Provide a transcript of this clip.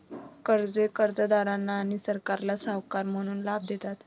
कर्जे कर्जदारांना आणि सरकारला सावकार म्हणून लाभ देतात